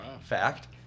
fact